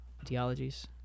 ideologies